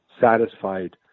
satisfied